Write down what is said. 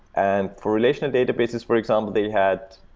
and for relational databases, for example, they had,